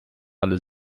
alle